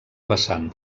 vessant